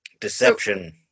Deception